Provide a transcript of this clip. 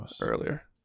earlier